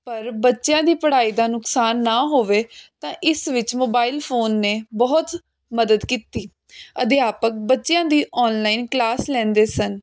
ਪਰ ਬੱਚਿਆਂ ਦੀ ਪੜ੍ਹਾਈ ਦਾ ਨੁਕਸਾਨ ਨਾ ਹੋਵੇ ਤਾਂ ਇਸ ਵਿੱਚ ਮੋਬਾਇਲ ਫੋਨ ਨੇ ਬਹੁਤ ਮਦਦ ਕੀਤੀ ਅਧਿਆਪਕ ਬੱਚਿਆਂ ਦੀ ਆਨਲਾਈਨ ਕਲਾਸ ਲੈਂਦੇ ਸਨ